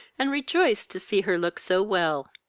and rejoiced to see her look so well.